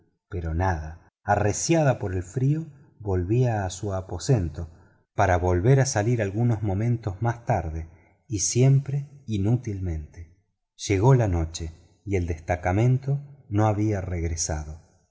pero nada aterida por el frío volvía a su aposento para volver a salir algunos momentos más tarde y siempre inútilmente llegó la noche y el destacamento no había regresado